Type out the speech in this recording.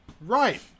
Right